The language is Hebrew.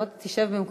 בוא תשב במקומך,